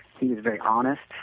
he was very honest,